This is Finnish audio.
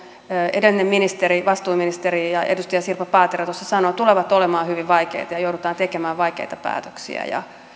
edellinen vastuuministeri edustaja sirpa paatero tuossa sanoi että nämä leikkaukset tulevat olemaan hyvin vaikeita ja joudutaan tekemään vaikeita päätöksiä